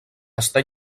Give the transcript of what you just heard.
està